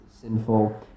sinful